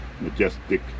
majestic